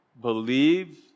believe